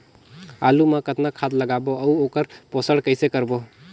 आलू मा कतना खाद लगाबो अउ ओकर पोषण कइसे करबो?